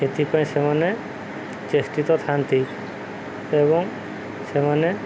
ଏଥିପାଇଁ ସେମାନେ ଚେଷ୍ଟିତ ଥାନ୍ତି ଏବଂ ସେମାନେ